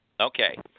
Okay